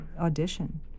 audition